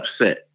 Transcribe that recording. upset